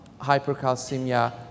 hypercalcemia